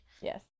Yes